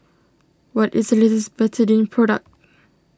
what is the latest Betadine product